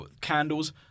Candles